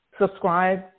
Subscribe